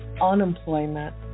unemployment